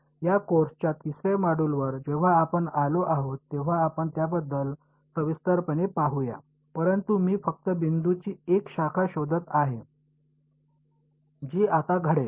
या कोर्सच्या तिसर्या मॉड्यूलवर जेव्हा आपण आलो आहोत तेव्हा आपण त्याबद्दल सविस्तरपणे पाहूया परंतु मी फक्त बिंदूची एक शाखा शोधत आहे जी आता घडेल